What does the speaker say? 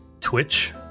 twitch